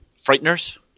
Frighteners